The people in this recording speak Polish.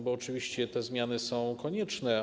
Bo oczywiście te zmiany są konieczne.